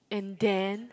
and then